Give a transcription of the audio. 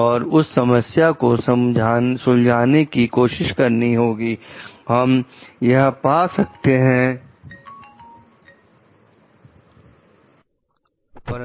और उस समस्या को सुलझाने की कोशिश करनी होगी हम यह पा सकते हैं कि खाना शायद बहुत ही सामान्य शिकायत हो सकती है